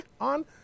on